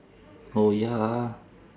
oh ya ah